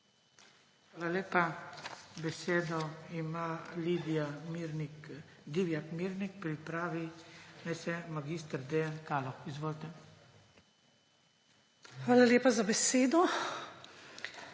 Hvala lepa za besedo.